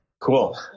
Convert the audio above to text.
Cool